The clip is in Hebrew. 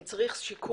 אם צריך שיקום,